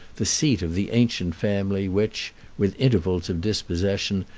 the seat of the ancient family which, with intervals of dispossession,